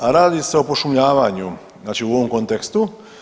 Radi se o pošumljavanju, znači u ovom kontekstu.